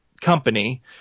company